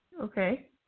okay